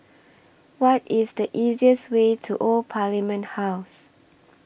What IS The easiest Way to Old Parliament House